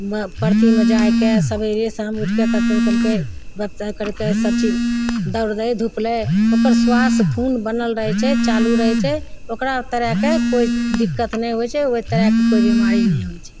परतीमे जाके सबेरे शाम उठिके कसरत कएलकै गपशप कएलकै सबचीज दौड़लै धुपलै ओकर श्वास खून बनल रहै छै चालू रहै छै ओकरा तरहके कोइ दिक्कत नहि होइ छै ओहि तरहके कोइ बेमारी नहि होइ छै